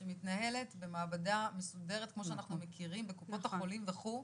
שמתנהלת במעבדה מסודרת כמו שאנחנו מכירים בקופות החולים וכו'.